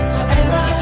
Forever